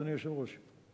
אדוני היושב-ראש?